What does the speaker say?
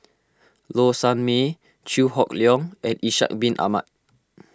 Low Sanmay Chew Hock Leong and Ishak Bin Ahmad